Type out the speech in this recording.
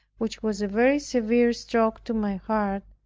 which was a very severe stroke to my heart,